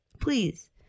Please